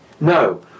No